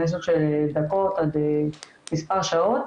משך של דקות עד מספר שעות.